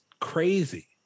crazy